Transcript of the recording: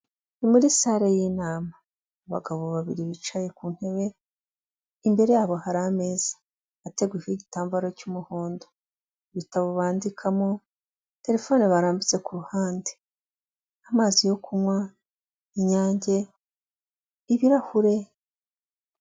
Ni muri sale y'inama, abagabo babiri bicaye ku ntebe, imbere yabo hari ameza ateguyeho igitambaro cy'umuhondo, ibitabo bandikamo, terefone barambitse kuruhande, amazi yo kunywa, inyange, ibirahure.